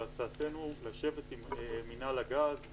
והצעתנו לשבת עם מינהל הגז,